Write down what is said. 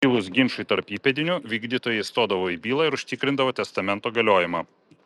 kilus ginčui tarp įpėdinių vykdytojai įstodavo į bylą ir užtikrindavo testamento galiojimą